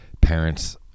parents